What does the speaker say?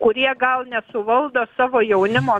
kurie gal nesuvaldo savo jaunimo